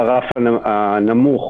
יש מקומות עבודה שאין בהם אפילו 10 עובדים.